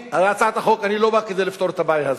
בהצעת החוק אני לא בא כדי לפתור את הבעיה הזאת.